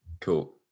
cool